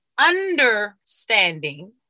Understanding